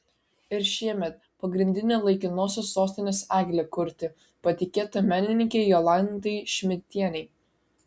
ir šiemet pagrindinę laikinosios sostinės eglę kurti patikėta menininkei jolantai šmidtienei